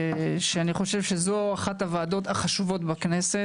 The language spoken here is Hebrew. אני חושב שזו אחת הוועדות החשובות בכנסת,